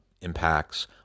impacts